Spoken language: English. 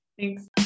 thanks